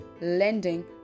lending